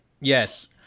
Yes